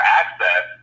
access